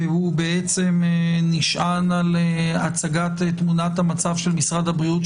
כי הוא נשען על הצגת תמונת המצב של משרד הבריאות,